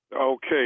Okay